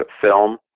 film